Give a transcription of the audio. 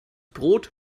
brot